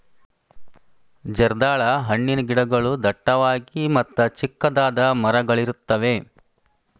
ಜರ್ದಾಳ ಹಣ್ಣಿನ ಗಿಡಗಳು ಡಟ್ಟವಾಗಿ ಮತ್ತ ಚಿಕ್ಕದಾದ ಮರಗಳಿರುತ್ತವೆ